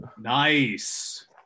nice